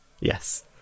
yes